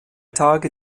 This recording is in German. tage